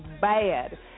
bad